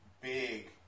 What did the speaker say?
big